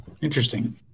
Interesting